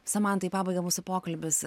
samanta į pabaigą mūsų pokalbis